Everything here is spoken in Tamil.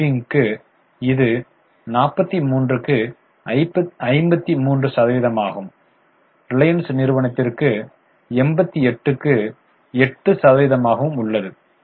ஷாப்பிங்கிற்கு இது 43 க்கு 53 சதவிகிதமாகவும் ரிலையன்ஸ் நிறுவனத்திற்கு 88 க்கு 8 சதவிகிதமாகவும் உள்ளது